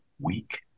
week